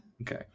okay